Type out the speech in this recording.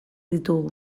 ditugu